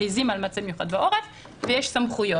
מכריזים על מצב מיוחד בעורף ויש סמכויות.